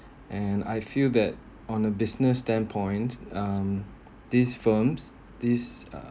and I feel that on a business that point um these firms this uh